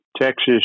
Texas